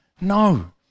No